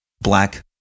black